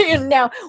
Now